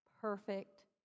perfect